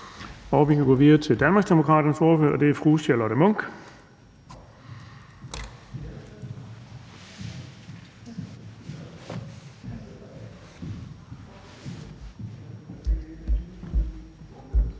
Hvad er det for